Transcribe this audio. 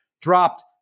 dropped